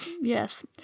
Yes